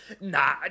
Nah